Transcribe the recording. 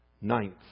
Ninth